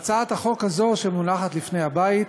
בהצעת החוק הזאת, שמונחת לפני הבית,